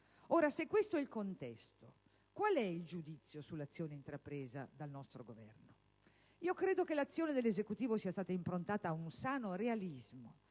Ora, se questo è il contesto, qual è il giudizio sull'azione intrapresa dal Governo? In sintesi, credo che l'azione dell'Esecutivo sia stata improntata ad un sano realismo,